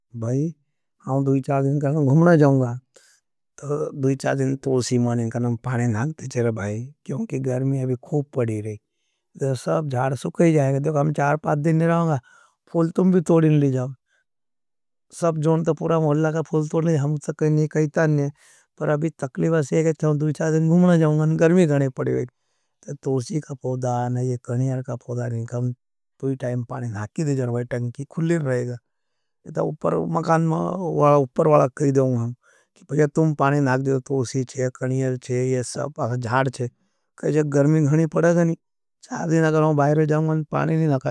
भाई, हम दूई-चा दिन करना घुमना जाओंगा, तो दूई-चा दिन तोसी मानें करना हम पानें नागते चेरा भाई। क्योंकि गर्मी अभी खुब पड़ी रही, तो सब जाड़ सुकई जाएंगे, देखो हम चार-पाद दिन ने रहोंगा। फूल की तकली बासे है करता है अम दूई-चा दिन माने जाओंगा, डूई-चा धी जाओंगा। और एक दूई-चा धी रहो, नागता है कि दूई-चा धी बासे ने गर्मी गंम बर करें।